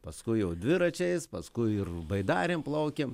paskui jau dviračiais paskui ir baidarėm plaukėm